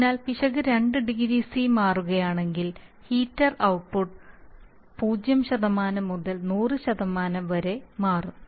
അതിനാൽ പിശക് 20C മാറുകയാണെങ്കിൽ ഹീറ്റർ ഔട്ട്പുട്ട് 0 മുതൽ 100 വരെ മാറും